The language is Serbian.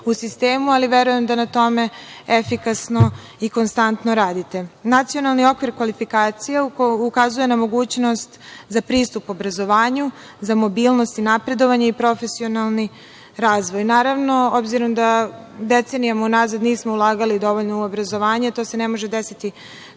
u sistemu, ali verujem da na tome efikasno i konstantno radite. Nacionalni okvir kvalifikacija ukazuje na mogućnost za pristup obrazovanju, za mobilnost i napredovanje i profesionalni razvoj. Naravno, obzirom da decenijama unazad nismo ulagali dovoljno u obrazovanje, to se ne može desiti